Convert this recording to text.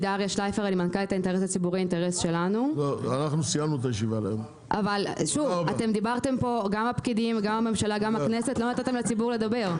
בשעה 14:15.